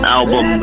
album